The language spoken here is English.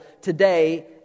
today